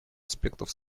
аспектов